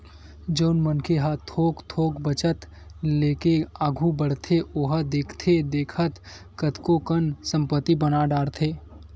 जउन मनखे ह थोक थोक बचत लेके आघू बड़थे ओहा देखथे देखत कतको कन संपत्ति बना डरथे